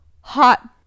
hot